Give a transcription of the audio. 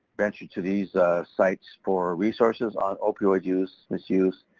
ventured to these sites for resources on opioid use, misuse,